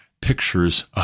pictures